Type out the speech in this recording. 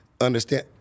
understand